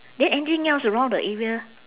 then anything else around the area